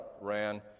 ran